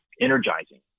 energizing